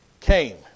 came